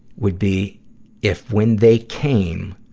would be if, when they came,